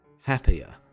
happier